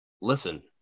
listen